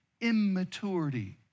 immaturity